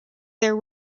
their